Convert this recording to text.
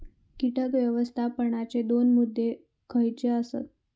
कीटक व्यवस्थापनाचे दोन मुद्दे खयचे आसत?